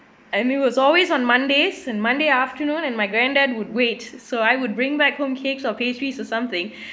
and it was always on mondays in monday afternoon and my granddad would wait so I would bring back home cakes or pastries or something